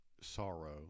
sorrow